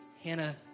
Hannah